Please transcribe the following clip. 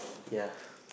ya